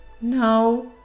No